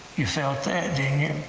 you felt that,